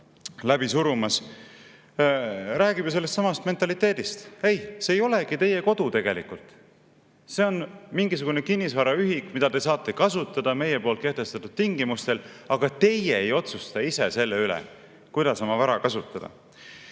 läbi surumas, räägime sellestsamast mentaliteedist: ei, see ei olegi teie kodu tegelikult. See on mingisugune kinnisvaraühik, mida te saate kasutada meie kehtestatud tingimustel, aga teie ei otsusta selle üle, kuidas oma vara kasutada.